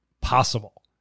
possible